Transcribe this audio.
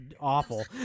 awful